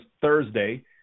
Thursday